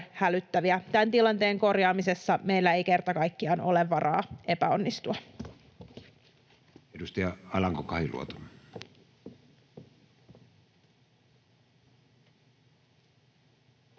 Tämän tilanteen korjaamisessa meillä ei kerta kaikkiaan ole varaa epäonnistua.